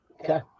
Okay